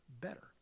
better